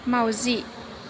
माउजि